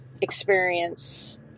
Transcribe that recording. experience